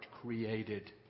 created